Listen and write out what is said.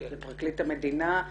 לפרקליט המדינה,